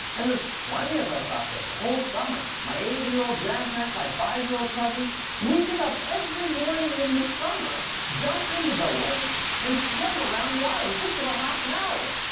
and there's twenty of us up there, the whole summer. my eighty year old grandparents, my five-year-old cousins we get up every morning in the summer, jump into the lake, and swim around the island. takes about half an hour.